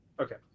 Okay